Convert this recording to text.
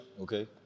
Okay